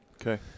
Okay